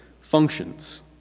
functions